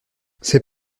c’est